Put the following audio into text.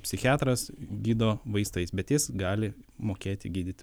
psichiatras gydo vaistais bet jis gali mokėti gydyti